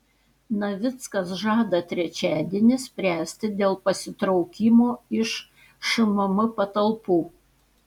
navickas žada trečiadienį spręsti dėl pasitraukimo iš šmm patalpų